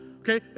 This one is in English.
okay